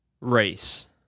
race